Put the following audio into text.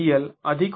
२DLLL±EL १